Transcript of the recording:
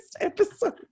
episode